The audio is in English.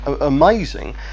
amazing